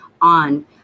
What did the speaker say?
on